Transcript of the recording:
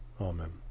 Amen